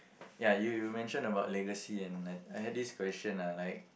ya you mention about legacy and I had this question lah like